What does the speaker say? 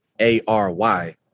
A-R-Y